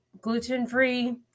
gluten-free